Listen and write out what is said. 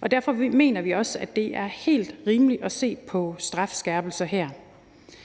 og derfor mener vi også, at det er helt rimeligt at se på strafskærpelser her.